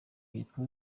yitwa